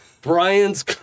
Brian's